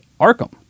Arkham